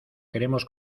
queremos